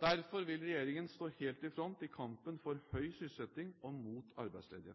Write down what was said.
Derfor vil regjeringen stå helt i front i kampen for høy sysselsetting og